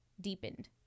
deepened